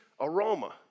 aroma